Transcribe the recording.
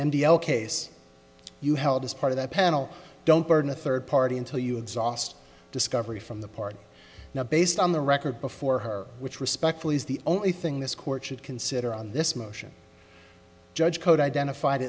l case you held as part of that panel don't burden a third party until you exhaust discovery from the party now based on the record before her which respectfully is the only thing this court should consider on this motion judge code identified